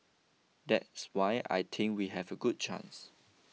that's why I think we have a good chance